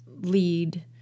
lead